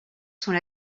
sont